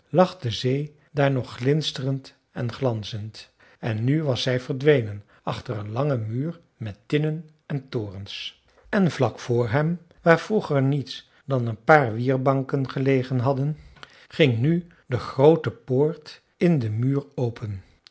lag de zee daar nog glinsterend en glanzend en nu was zij verdwenen achter een langen muur met tinnen en torens en vlak voor hem waar vroeger niets dan een paar wierbanken gelegen hadden ging nu de groote poort in den muur open